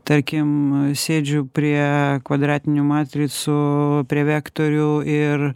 tarkim sėdžiu prie kvadratinių matricų prie vektorių ir